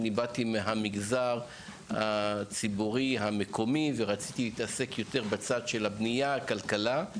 באתי מהמגזר הציבורי המקומי ורציתי לעסוק יותר בצד של הבנייה וכלכלה,